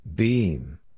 Beam